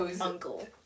uncle